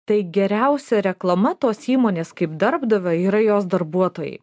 tai geriausia reklama tos įmonės kaip darbdavio yra jos darbuotojai